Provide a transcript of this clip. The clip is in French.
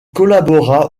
collabora